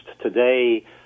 Today